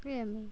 越美